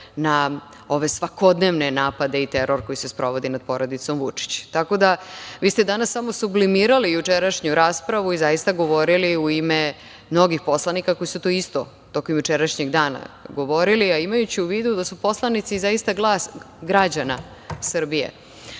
na ove svakodnevne napade i teror koji se sprovodi nad porodicom Vučić. Tako da, vi ste danas samo sublimirali jučerašnju raspravu i zaista govorili u ime mnogih poslanika koji su to isto tokom jučerašnjeg dana govorili, a imajući u vidu da su poslanici zaista glas građana Srbije,